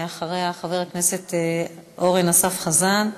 אחריה, חבר הכנסת אורן אסף חזן.